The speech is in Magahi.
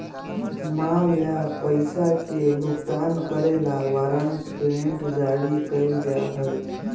माल या पैसा के भुगतान करे ला वारंट पेमेंट जारी कइल जा हई